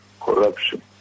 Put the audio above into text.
corruption